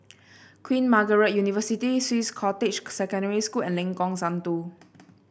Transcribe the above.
Queen Margaret University Swiss Cottage Secondary School and Lengkong Satu